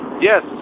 yes